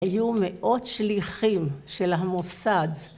היו מאות שליחים של המוסד